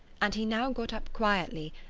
and he now got up quietly,